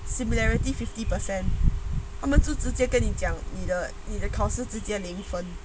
similarity fifty percent 他们就直接跟你讲你的你的考试直接零分